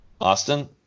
Austin